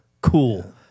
cool